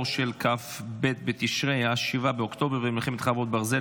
של כ"ב בתשרי (ה-7 באוקטובר) ומלחמת חרבות ברזל,